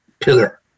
pillar